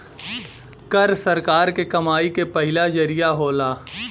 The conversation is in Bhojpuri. कर सरकार के कमाई के पहिला जरिया होला